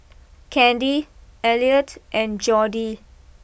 Candy Elliott and Jordy